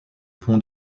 pont